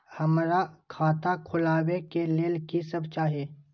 हमरा खाता खोलावे के लेल की सब चाही?